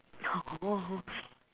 no